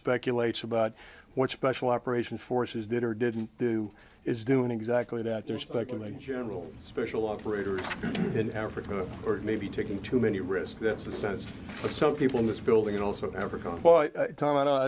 speculates about what special operations forces did or didn't do is doing exactly that there is speculation general special operators in africa or maybe taking too many risks that's the sense that some people in this building and also